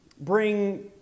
bring